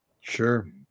Sure